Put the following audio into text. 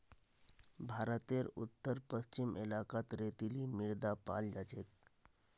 भारतेर उत्तर पश्चिम इलाकात रेतीली मृदा पाल जा छेक